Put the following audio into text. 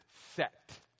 set